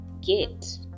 get